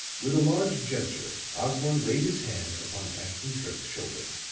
with a large gesture osborne laid his hand upon ashton-kirk's shoulder.